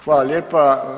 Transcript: Hvala lijepa.